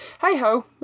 hey-ho